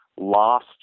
lost